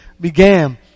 began